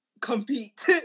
compete